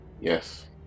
Yes